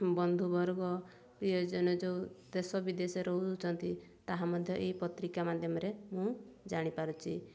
ବନ୍ଧୁବର୍ଗ ପ୍ରିୟଜନ ଯେଉଁ ଦେଶ ବିଦେଶ ରହୁଛନ୍ତି ତାହା ମଧ୍ୟ ଏହି ପତ୍ରିକା ମାଧ୍ୟମରେ ମୁଁ ଜାଣିପାରୁଛି